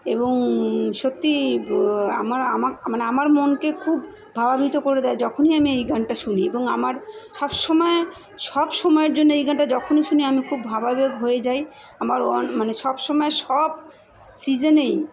এবং সত্যি আমার আমার মানে আমার মনকে খুব ভাবাবিত করে দেয় যখনই আমি এই গানটা শুনি এবং আমার সব সময় সব সময়ের জন্য এই গানটা যখনই শুনি আমি খুব ভাবাবেগ হয়ে যাই আমার মানে সব সময় সব সিজনেই